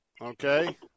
okay